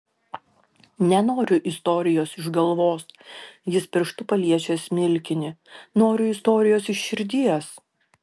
nenoriu istorijos iš galvos jis pirštu paliečia smilkinį noriu istorijos iš širdies